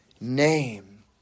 name